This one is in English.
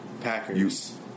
Packers